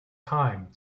time